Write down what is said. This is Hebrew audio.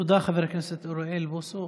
תודה, חבר הכנסת אוריאל בוסו.